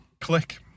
Click